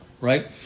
right